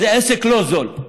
זה עסק לא זול.